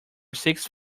six